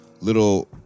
little